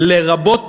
אלא גם על